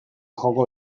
joko